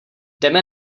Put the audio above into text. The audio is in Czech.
jdeme